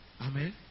Amen